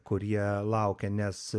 kurie laukia nes